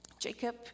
Jacob